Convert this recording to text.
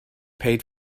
paid